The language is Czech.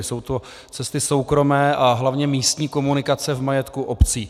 Jsou to cesty soukromé a hlavně místní komunikace v majetku obcí.